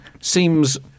seems